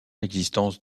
l’existence